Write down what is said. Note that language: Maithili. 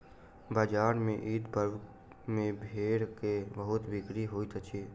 बजार में ईद पर्व में भेड़ के बहुत बिक्री होइत अछि